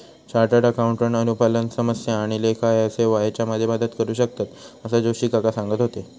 chartered accountant अनुपालन समस्या आणि लेखा सेवा हेच्यामध्ये मदत करू शकतंत, असा जोशी काका सांगत होते